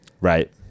Right